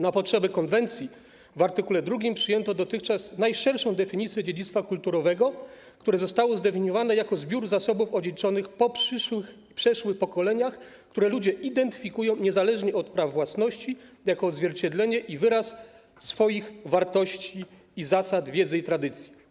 Na potrzeby konwencji w art. 2 przyjęto dotychczas najszerszą definicję dziedzictwa kulturowego, które zostało zdefiniowane jako zbiór zasobów odziedziczonych po przeszłych pokoleniach, które ludzie identyfikują niezależnie od praw własności jako odzwierciedlenie i wyraz swoich wartości i zasad, wiedzy i tradycji.